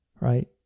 right